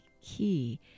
key